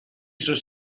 sus